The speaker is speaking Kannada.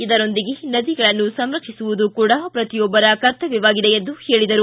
ಇದರೊಂದಿಗೆ ನದಿಗಳನ್ನು ಸಂರಕ್ಷಿಸುವುದು ಕೂಡ ಪ್ರತಿಯೊಬ್ಬರ ಕರ್ತವ್ಹವಾಗಿದೆ ಎಂದು ಹೇಳಿದರು